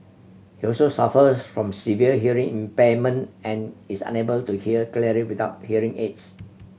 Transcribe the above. he also suffers from severe hearing impairment and is unable to hear clearly without hearing aids